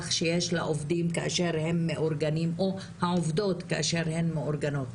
שיש לעובדים כאשר הם מאורגנים או העובדות כאשר הן מאורגנות.